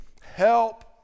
help